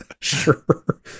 Sure